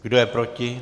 Kdo je proti?